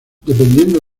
dependiendo